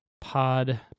Pod